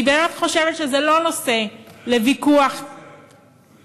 ואני באמת חושבת שזה לא נושא, בקואליציה אין.